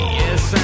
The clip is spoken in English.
yes